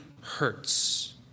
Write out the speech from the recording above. hurts